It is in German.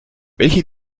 welche